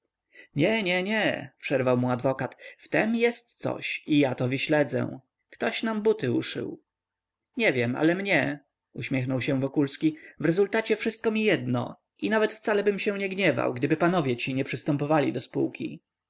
nie nie nie przerwał mu adwokat w tem coś jest i ja to wyśledzę ktoś nam buty uszył nie wam ale mnie uśmiechnął się wokulski w rezultacie wszystko mi jedno i nawet wcalebym się nie gniewał gdyby panowie ci nie przystępowali do spółki